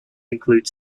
include